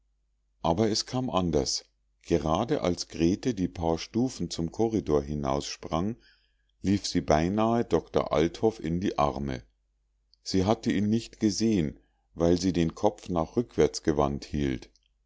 aber es kam anders gerade als grete die paar stufen zum korridor hinaus sprang lief sie beinahe doktor althoff in die arme sie hatte ihn nicht gesehen weil sie den kopf nach rückwärts gewandt hielt